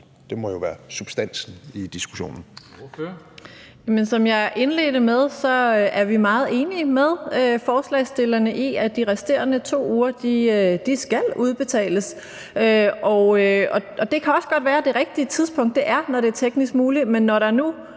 12:49 Samira Nawa (RV): Men som jeg indledte med at sige, er vi meget enige med forslagsstillerne i, at de resterende 2 ugers feriepenge skal udbetales. Og det kan også godt være, at det rigtige tidspunkt er, når det er teknisk muligt, men når der nu